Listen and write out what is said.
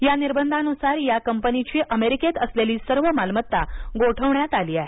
या निर्बंधानुसार या कंपनीची अमेरिकेत असलेली सर्व मालमत्ता गोठवण्यात आली आहे